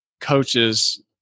coaches